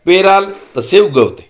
पेराल तसे उगवते